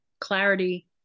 clarity